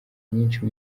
nyinshi